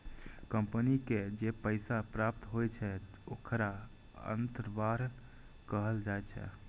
company के जे पैसा प्राप्त होइ छै, ओखरा अंतर्वाह कहल जाइ छै